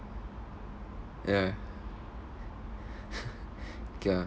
ya okay ah